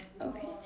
Okay